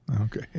Okay